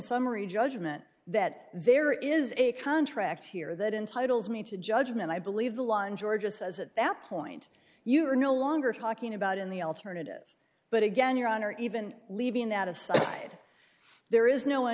summary judgment that there is a contract here that entitles me to judgment i believe the law in georgia says at that point you are no longer talking about in the alternative but again your honor even leaving that aside there is no